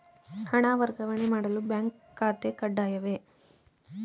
ಹಣ ವರ್ಗಾವಣೆ ಮಾಡಲು ಬ್ಯಾಂಕ್ ಖಾತೆ ಕಡ್ಡಾಯವೇ?